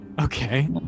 Okay